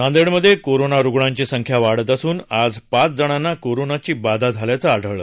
नांदेडमध्ये कोरोना रुणांची संख्या वाढत असून आज पाच जणांना कोरोनाची बाधा झाल्याचं आढळलं